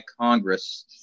Congress